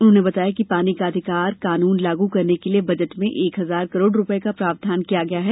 उन्होंने बताया कि पानी का अधिकार कानून लागू करने के लिये बजट में एक हजार करोड़ रूपये का प्रावधान किया गया है